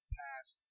past